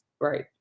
right